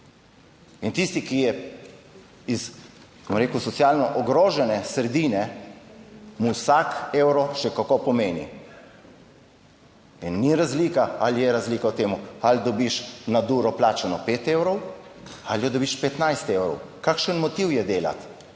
in tisti, ki je iz, bom rekel, socialno ogrožene sredine, mu vsak evro še kako pomeni. In ni razlika, ali je razlika v tem ali dobiš naduro plačano 5 evrov ali jo dobiš 15 evrov, kakšen motiv je delati.